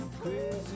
Crazy